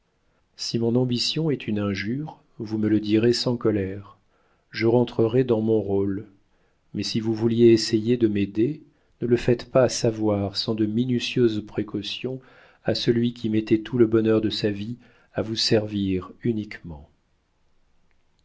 si mon ambition est une injure vous me le direz sans colère je rentrerai dans mon rôle mais si vous vouliez essayer de m'aimer ne le faites pas savoir sans de minutieuses précautions à celui qui mettait tout le bonheur de sa vie à vous servir uniquement